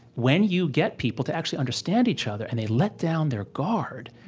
when you get people to actually understand each other, and they let down their guard,